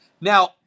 Now